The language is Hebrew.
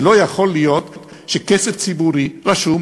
זה לא יכול להיות שכסף ציבורי רשום